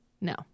No